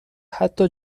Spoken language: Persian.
حتی